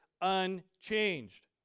unchanged